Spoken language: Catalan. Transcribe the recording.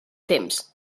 temps